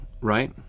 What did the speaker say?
right